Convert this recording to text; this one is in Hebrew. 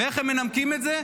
ואיך הם מנמקים את זה?